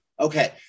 Okay